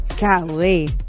Golly